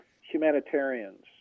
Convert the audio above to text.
humanitarians